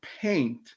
paint